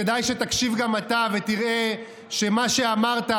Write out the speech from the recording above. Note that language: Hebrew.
כדאי שתקשיב גם אתה ותראה שמה שאמרת,